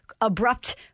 abrupt